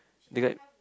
the guy